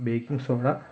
baking soda